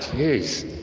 he's